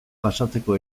pasatzeko